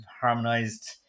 harmonized